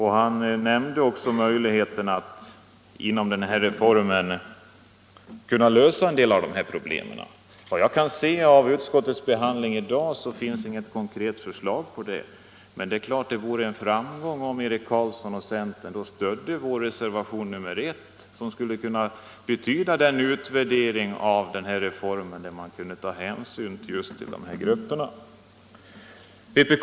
Han nämnde också möjligheterna att inom ramen för denna reform lösa en del av deras problem. Såvitt jag kan finna av utskottets skrivning i dag finns det inget klart besked om det. Vore det då inte ett steg framåt om Eric Carlsson och centern stödde vår reservation nr 1, där det krävs en utvärdering av reformen, som skulle kunna innebära att man tar hänsyn till dessa gruppers behov?